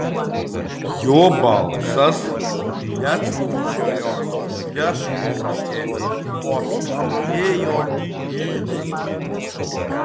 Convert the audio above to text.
jo balsas netrūkčiojo nešvokštė o skambėjo lygiai